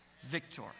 victor